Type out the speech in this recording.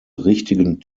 richtigen